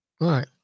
Right